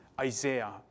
Isaiah